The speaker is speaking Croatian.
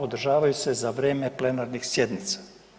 Održavaju se za vrijeme plenarnih sjednica.